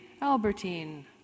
Albertine